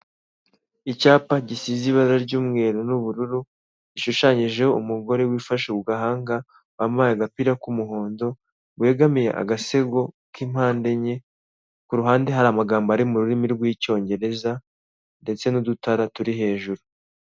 Icyapa gisize ibara ry'umweru n'ubururu, gishushanyijeho umugore wifashe mu gahanga wampaye agapira k'umuhondo, wegamiye agasego k'impande enye, ku ruhande hari amagambo ari mu rurimi rw'icyongereza ndetse n'udutara turi hejuru.